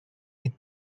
est